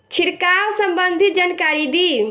छिड़काव संबंधित जानकारी दी?